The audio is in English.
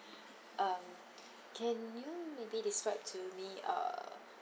um can you maybe describe to me uh